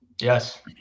Yes